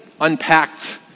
unpacked